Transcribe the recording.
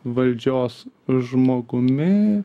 valdžios žmogumi